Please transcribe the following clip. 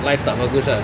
life tak bagus ah